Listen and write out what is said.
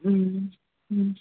ம் ம்